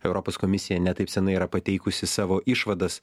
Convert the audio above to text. europos komisija ne taip senai yra pateikusi savo išvadas